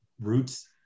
roots